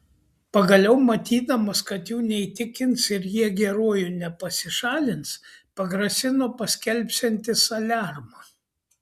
pagaliau matydamas kad jų neįtikins ir jie geruoju nepasišalins pagrasino paskelbsiantis aliarmą